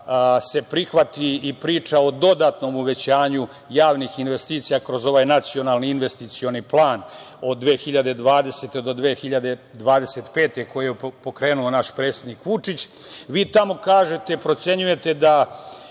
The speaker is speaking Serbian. se prihvati i priča o dodatnom uvećanju javnih investicija kroz ovaj NIP od 2020. do 2025. koji je pokrenuo naš predsednik Vučić. Vi tamo kažete, procenjujete da